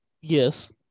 Yes